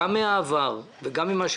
משרד העבודה והרווחה ומשרד האוצר 5